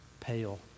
pale